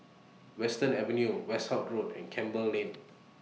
Western Avenue Westerhout Road and Campbell Lane